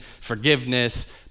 forgiveness